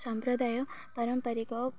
ସମ୍ପ୍ରଦାୟ ପାରମ୍ପାରିକ